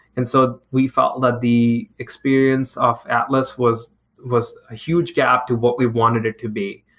and so we felt that the experience of atlas was was a huge gap to what we wanted it to be.